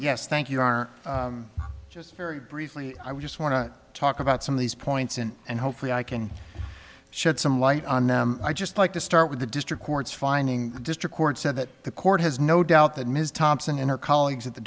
yes thank you are just very briefly i would just want to talk about some of these points and and hopefully i can shed some light on them i just like to start with the district court's finding the district court said that the court has no doubt that ms thompson and her colleagues at the